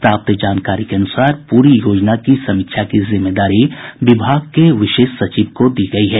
प्राप्त जानकारी के अनुसार प्ररी योजना की समीक्षा की जिम्मेदारी विभाग के विशेष सचिव को दी गयी है